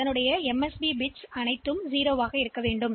எனவே இந்த மிக முக்கியமான பிட்கள் அனைத்தும் 0